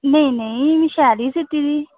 नेई नेई में शैल ही सीती दी